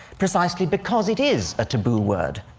precisely because it is a taboo word,